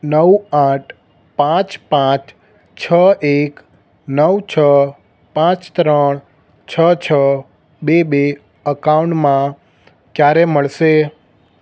નવ આઠ પાંચ પાંચ છ એક નવ છ પાંચ ત્રણ છ છ બે બે અકાઉન્ટમાં ક્યારે મળશે